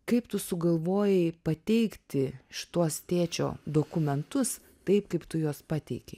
kaip tu sugalvojai pateikti šituos tėčio dokumentus taip kaip tu juos pateikei